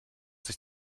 sich